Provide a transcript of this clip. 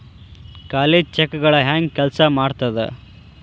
ಖಾಲಿ ಚೆಕ್ಗಳ ಹೆಂಗ ಕೆಲ್ಸಾ ಮಾಡತದ?